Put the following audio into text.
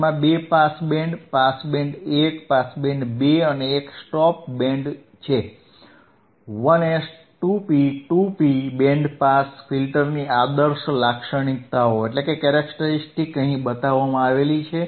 તેમાં બે pass band pass band એક પાસ બેન્ડ બે અને એક સ્ટોપ બેન્ડ છે 1S 1P 2P band pass ફિલ્ટરની આદર્શ લાક્ષણિકતાઓ અહીં બતાવવામાં આવી છે